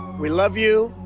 we love you.